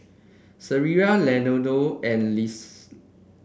Sierra Leonardo and Lisle